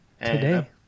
today